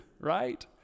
right